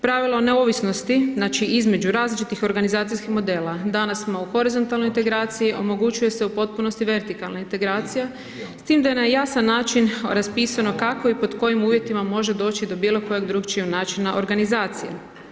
Pravilo neovisnosti znači između različitih organizacijskih modela, danas smo u horizontalnoj integraciji, omogućuje se u potpunosti vertikalna integracija s tim da je na jasan način raspisano kako i pod kojim uvjetima može doći do bilo kojeg drukčijeg načina organizacije.